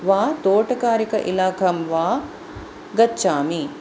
वा तोटकारिक इलाखां वा गच्छामि